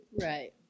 Right